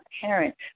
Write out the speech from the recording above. parent